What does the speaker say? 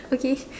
okay